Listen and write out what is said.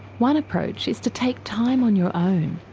one approach is to take time on your own,